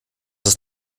ist